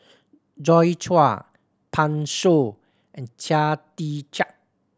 Joi Chua Pan Shou and Chia Tee Chiak